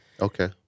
Okay